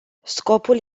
scopul